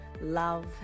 love